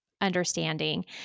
understanding